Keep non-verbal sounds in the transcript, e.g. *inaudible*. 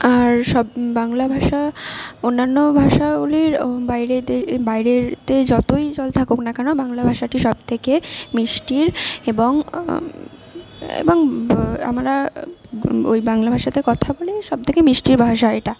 আর সব বাংলা ভাষা অন্যান্য ভাষাগুলির বাইরেতে বাইরেরতে যতোই চল থাকুক না কেন বাংলা ভাষাটি সব থেকে মিষ্টির এবং এবং *unintelligible* আমরা *unintelligible* ওই বাংলা ভাষাতে কথা বলি সব থেকে মিষ্টি ভাষা এটা